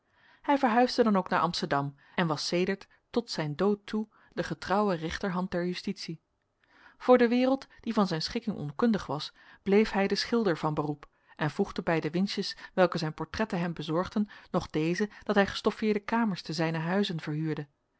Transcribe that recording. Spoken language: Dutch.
hij verhuisde dan ook naar amsterdam en was sedert tot zijn dood toe de getrouwe rechterhand der justitie voor de wereld die van deze schikking onkundig was bleef hij de schilder van beroep en voegde bij de winstjes welke zijn portretten hem bezorgden nog deze dat hij gestoffeerde kamers te zijne huizen verhuurde